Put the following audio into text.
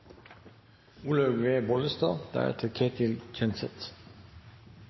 Olaug V. Bollestad